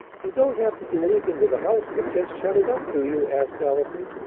you don't have to do anything to the house but just shut it up, do you? asked allison,